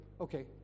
okay